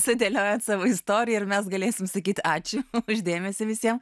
sudėliojot savo istoriją ir mes galėsim sakyt ačiū už dėmesį visiem